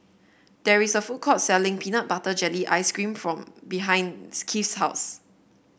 there is a food court selling Peanut Butter Jelly Ice cream from behind Keith's house